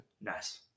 Nice